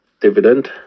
dividend